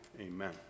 Amen